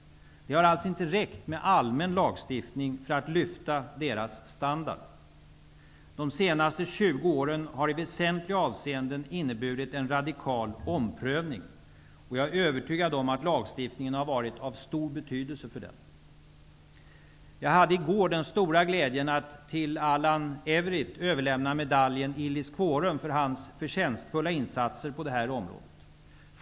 Det har alltså inte räckt med en allmän lagstiftning för att lyfta deras standard. De senaste 20 åren har i väsentliga avseenden inneburit en radikal omprövning. Jag är övertygad om att lagstiftningen har varit av stor betydelse för den. Jag hade i går till min stora glädje möjlighet att till Allan Everitt överlämna medaljen Illis Quorum för hans förtjänstfulla insatser på detta område.